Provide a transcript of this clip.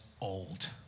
old